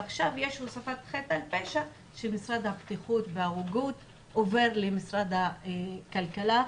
ועכשיו יש הוספת חטא על פשע שהמשרד לבטיחות וגהות עובר למשרד הכלכלה.